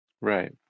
Right